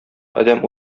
адәм